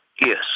Yes